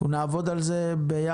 אנחנו נעבוד על זה ביחד.